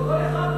כל אחד.